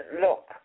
look